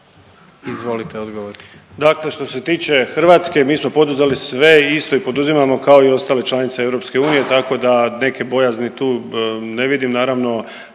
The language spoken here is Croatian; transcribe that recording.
Stjepan (HNS)** Dakle što se tiče Hrvatske mi smo poduzeli sve i isto poduzimamo kao i ostale članove EU, tako da neke bojazni tu ne vidim, naravno